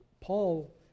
Paul